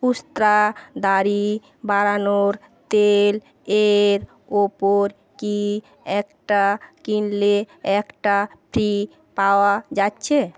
উস্ত্রা দাড়ি বাড়ানোর তেলের ওপর কি একটা কিনলে একটা ফ্রি পাওয়া যাচ্ছে